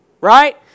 right